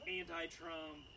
anti-Trump